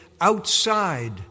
outside